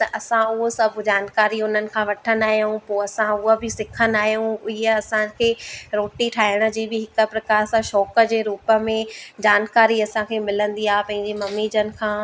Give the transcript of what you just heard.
त असां उहो सभु जानकारी उन्हनि खां वठंदा आहियूं पोइ असां हूअ बि सिखंदा आहियूं ईअं असांखे रोटी ठाहिण जी बि हिकु प्रकार सां शौंक़ु जे रूप में जानकारी असांखे मिलंदी आहे पंहिंजी मम्मी जन खां